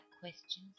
questions